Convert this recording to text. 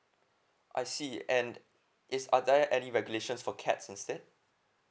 I see and is are there any regulations for cats instead